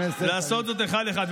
לעשות זאת אחד-אחד.